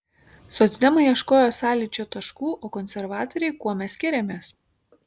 socdemai ieškojo sąlyčio taškų o konservatoriai kuo mes skiriamės